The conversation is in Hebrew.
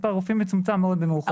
מספר רופאים מצומצם מאוד במאוחדת.